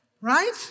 Right